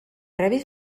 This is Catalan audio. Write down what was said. rebis